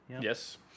Yes